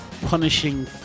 punishing